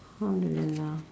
alhamdulillah